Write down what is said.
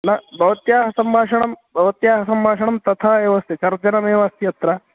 न भवत्याः सम्भाषणं भवत्याः सम्भाषणं तथा एव तर्जनमेव अस्ति तत्र